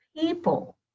people